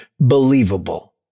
believable